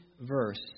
verse